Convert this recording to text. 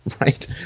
right